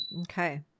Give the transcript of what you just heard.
Okay